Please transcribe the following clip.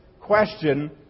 question